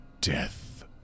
death